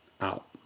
out